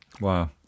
Wow